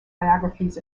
biographies